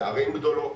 בערים גדולות,